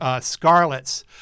scarlets